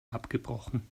abgebrochen